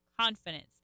confidence